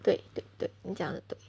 对对对你讲得对